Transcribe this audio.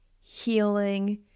healing